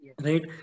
right